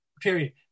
period